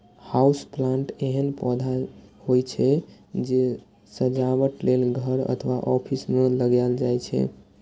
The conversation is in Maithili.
हाउस प्लांट एहन पौधा होइ छै, जे सजावट लेल घर अथवा ऑफिस मे लगाएल जाइ छै